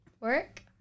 work